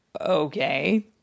Okay